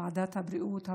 בוועדת הבריאות,